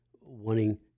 wanting